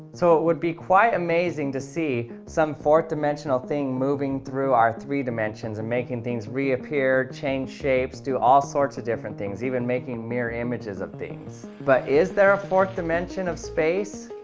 so it would be quite amazing to see some fourth dimensional thing moving through our three dimensions and making things reappear, change shapes, do all sorts of different things even making mirror images of. but is there a fourth dimension of space?